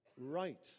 right